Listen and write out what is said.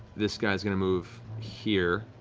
this guy's going to move here,